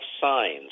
signs